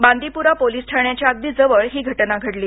Bandipora police ठाण्याच्या अगदी जवळ ही घटना घडली